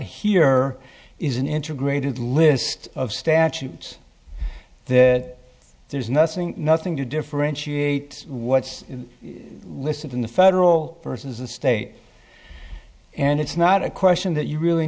here is an integrated list of statutes that there's nothing nothing to differentiate what's listed in the federal versus the state and it's not a question that you really